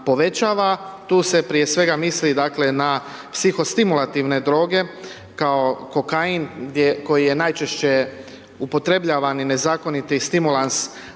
Tu se prije svega misli dakle na psihostimulativne droge kao kokain koji je najčešće upotrebljavan i nezakoniti stimulans u